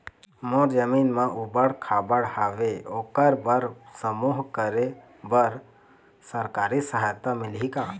मोर जमीन म ऊबड़ खाबड़ हावे ओकर बर समूह करे बर सरकारी सहायता मिलही का?